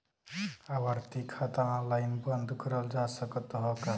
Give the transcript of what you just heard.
आवर्ती खाता ऑनलाइन बन्द करल जा सकत ह का?